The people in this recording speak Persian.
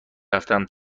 رفتتم